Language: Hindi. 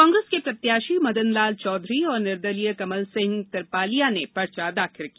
कांग्रेस के प्रत्याशी मदनलाल चौधरी और निर्दलीय कमल सिंह तिरपालिया ने पर्चा दाखिल किया